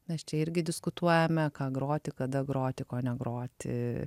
mes čia irgi diskutuojame ką groti kada groti ko negroti